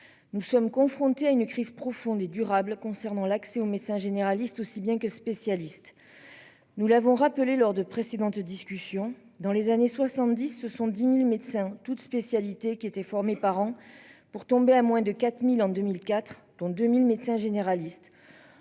Nous sommes confrontés à une crise profonde et durable. Concernant l'accès aux médecins généralistes aussi bien que spécialiste. Nous l'avons rappelé lors de précédentes discussions dans les années 70, ce sont 10.000 médecins toutes spécialités qui étaient formés par an pour tomber à moins de 4000 en 2004 dont 2000 médecins généralistes,